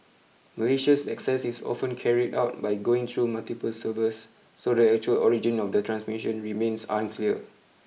malicious access is often carried out by going through multiple servers so the actual origin of the transmission remains unclear